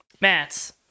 Matts